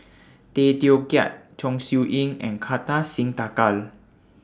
Tay Teow Kiat Chong Siew Ying and Kartar Singh Thakral